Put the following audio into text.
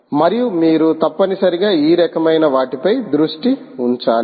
మరియు మీరు తప్పనిసరిగా ఈ రకమైన వాటి పై దృష్టి ఉంచాలి